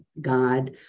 God